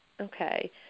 Okay